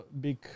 big